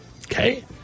Okay